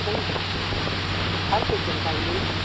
समझ गईं और कोई जानकारी दूँ